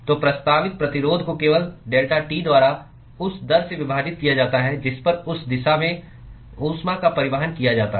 तो प्रस्तावित प्रतिरोध को केवल डेल्टा T द्वारा उस दर से विभाजित किया जाता है जिस पर उस दिशा में ऊष्मा का परिवहन किया जाता है